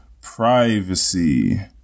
Privacy